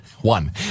One